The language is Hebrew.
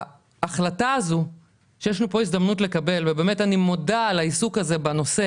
ההחלטה הזו שיש לנו כאן הזדמנות לקבל ובאמת אני מודה על העיסוק בנושא